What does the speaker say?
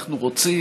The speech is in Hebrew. ואנחנו רוצים,